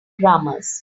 grammars